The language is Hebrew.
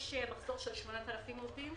יש מחסור של 8,000 עובדים.